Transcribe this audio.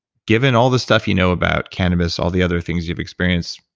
given all the stuff you know about cannabis, all the other things you've experienced,